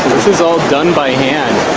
is all done by hand